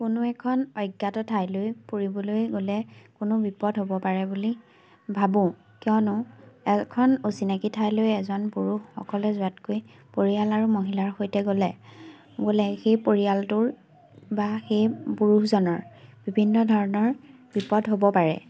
কোনো এখন অজ্ঞাত ঠাইলৈ ফুৰিবলৈ গ'লে কোনো বিপদ হ'ব পাৰে বুলি ভাবোঁ কিয়নো এখন অচিনাকি ঠাইলৈ এজন পুৰুষ অকলে যোৱাতকৈ পৰিয়াল আৰু মহিলাৰ সৈতে গ'লে গ'লে সেই পৰিয়ালটোৰ বা সেই পুৰুষজনৰ বিভিন্ন ধৰণৰ বিপদ হ'ব পাৰে